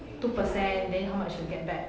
two percent then how much you get back